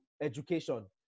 education